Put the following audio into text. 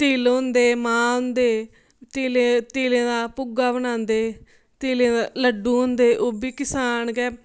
तिल होंदे माह् हुंदे तिल तिलें दा भुग्गा बनांदे तिलें दा लड्डू बनदे ओेह्बी किसान गै